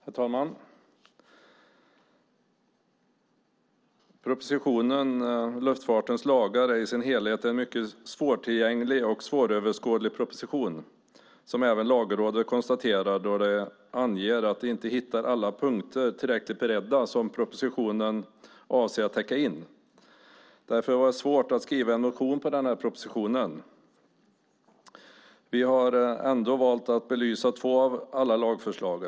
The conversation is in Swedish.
Herr talman! Propositionen Luftfartens lagar är i sin helhet en mycket svårtillgänglig och svåröverskådlig proposition, vilket även Lagrådet konstaterar då de anger att de inte finner alla punkter som propositionen avser att täcka in tillräckligt beredda. Därför var det svårt att skriva en motion med anledning av denna proposition. Vi har ändå valt att belysa två av alla lagförslag.